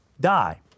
die